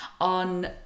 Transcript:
On